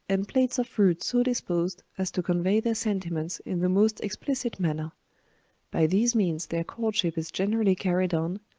and plates of fruit so disposed, as to convey their sentiments in the most explicit manner by these means their courtship is generally carried on,